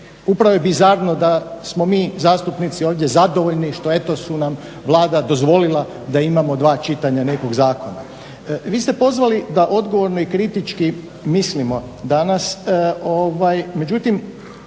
upravo je bizarno da smo mi zastupnici ovdje zadovoljni što eto su nam Vlada dozvolila da imamo dva čitanja nekog zakona. Vi ste pozvali da odgovorno i kritički mislimo danas, međutim